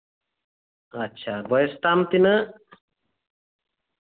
ᱟᱪᱪᱷᱟ ᱵᱚᱭᱮᱥ ᱛᱟᱢ ᱛᱤᱱᱟᱹᱜ